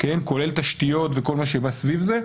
כולל תשתיות וכל מה שבא סביב זה,